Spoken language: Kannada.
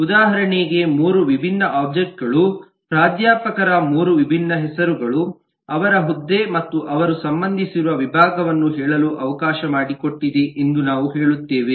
ಉದಾಹರಣೆಗೆ ಮೂರು ವಿಭಿನ್ನ ಒಬ್ಜೆಕ್ಟ್ ಗಳು ಪ್ರಾಧ್ಯಾಪಕರ ಮೂರು ವಿಭಿನ್ನ ಹೆಸರುಗಳು ಅವರ ಹುದ್ದೆ ಮತ್ತು ಅವರು ಸಂಬಂಧಿಸಿರುವ ವಿಭಾಗವನ್ನು ಹೇಳಲು ಅವಕಾಶ ಮಾಡಿಕೊಟ್ಟಿದೆ ಎಂದು ನಾವು ಹೇಳುತ್ತೇವೆ